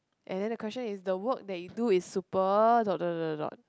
and then the question is the work that you do is super dot dot dot dot dot